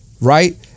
Right